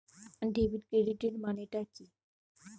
Debit ক্রেডিটের মানে টা কি?